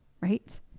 right